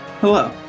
Hello